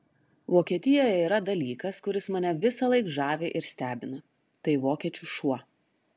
vokietijoje yra dalykas kuris mane visąlaik žavi ir stebina tai vokiečių šuo